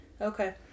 Okay